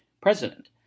president